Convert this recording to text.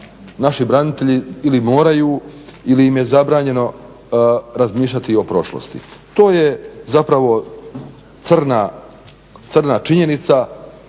naši branitelji ili moraju ili im je zabranjeno razmišljati o prošlosti. To je zapravo crna činjenica